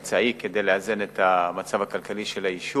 הן האמצעי כדי לאזן את המצב הכלכלי של היישוב.